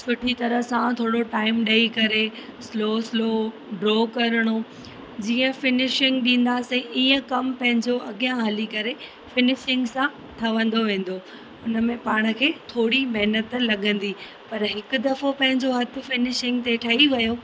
सुठी तरह सां थोरो टाइम ॾेई करे स्लो स्लो ड्रो करिणो जीअं फिनिशिंग ॾींदासीं ईअं कमु पंहिंजो अॻियां हली करे फिनिशिंग सां ठहंदो वेंदो हुन में पाण खे थोरी महिनतु लॻंदी पर हिकु दफ़ो पंहिंजो हथु फिनिशिंग ते ठही वियो